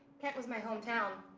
was my hometown.